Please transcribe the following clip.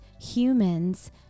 humans